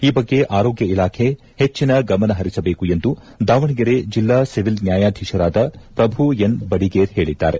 ಈ ಬಗ್ಗೆ ಆರೋಗ್ಯ ಇಲಾಖೆ ಹೆಚ್ಚನ ಗಮನ ಹರಿಸಬೇಕು ಎಂದು ದಾವಣಗೆರೆ ಜಿಲ್ಲಾ ಸಿವಿಲ್ ನ್ವಾಯಾಧೀಶರಾದ ಪ್ರಭು ಎನ್ ಬಡಿಗೇರ್ ಹೇಳಿದ್ದಾರೆ